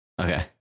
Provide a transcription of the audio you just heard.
Okay